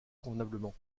convenablement